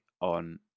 on